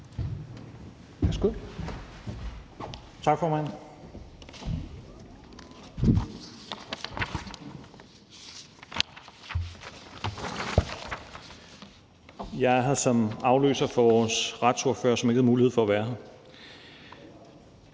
Tak, formand. Jeg er her som afløser for vores retsordfører, som ikke havde mulighed for at være her.